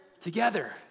Together